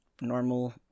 normal